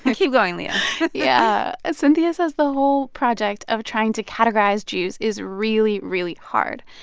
keep going, leah yeah. ah cynthia says the whole project of trying to categorize jews is really, really hard.